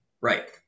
Right